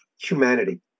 humanity